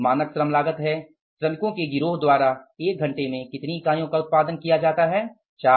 मानक श्रम लागत है श्रमिकों के गिरोह द्वारा एक घंटे में कितनी इकाइयों का उत्पादन किया जाता है 4